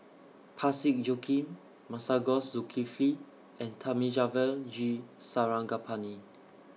Parsick Joaquim Masagos Zulkifli and Thamizhavel G Sarangapani